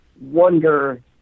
wonder